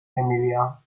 emilia